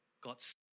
God's